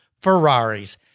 Ferraris